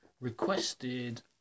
requested